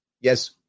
Yes